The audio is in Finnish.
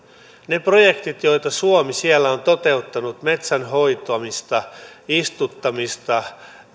ne projektit joita suomi siellä on toteuttanut metsän hoitamista istuttamista